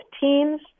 teams